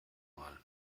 mal